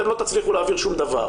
אתם לא תצליחו להעביר שום דבר.